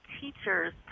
teachers